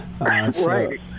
Right